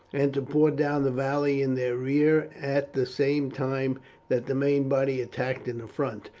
and to pour down the valley in their rear, at the same time that the main body attacked in the front.